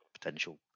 potential